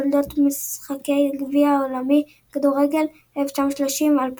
תולדות משחקי הגביע העולמי בכדורגל 1930–2018,